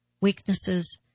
weaknesses